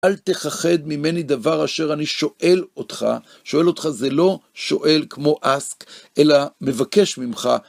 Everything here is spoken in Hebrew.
אל תכחד ממני דבר אשר אני שואל אותך, שואל אותך זה לא שואל כמו ask, אלא מבקש ממך.